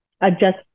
adjust